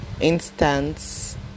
instance